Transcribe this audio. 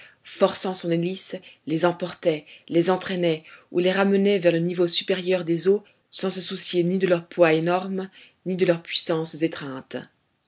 forçant son hélice les emportait les entraînait ou les ramenait vers le niveau supérieur des eaux sans se soucier ni de leur poids énorme ni de leurs puissantes étreintes